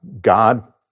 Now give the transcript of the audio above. God